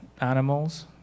animals